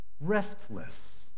restless